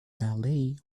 ballet